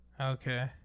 okay